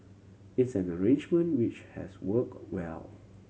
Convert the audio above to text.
it's an arrangement which has work well